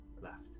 left